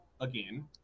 again